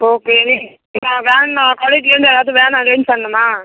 okay van காலேஜ்லேந்து எதாவது van arrange பண்ணணுமா